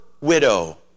widow